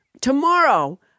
tomorrow